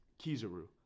Kizaru